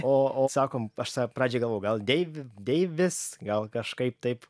o o sakom aš save pradžioj galvojau gal deivi deivis gal kažkaip taip